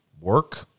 Work